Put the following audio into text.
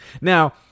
Now